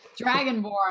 Dragonborn